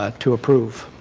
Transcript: ah to approve?